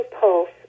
pulse